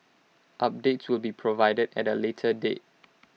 updates will be provided at A later date